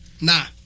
Nah